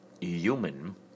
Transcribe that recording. human